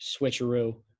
switcheroo